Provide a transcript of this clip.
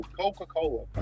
Coca-Cola